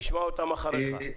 נשמע אותם אחריך.